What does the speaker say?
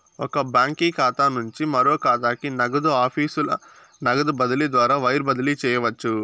ఒక బాంకీ ఖాతా నుంచి మరో కాతాకి, నగదు ఆఫీసుల నగదు బదిలీ ద్వారా వైర్ బదిలీ చేయవచ్చు